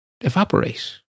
evaporate